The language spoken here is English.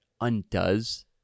undoes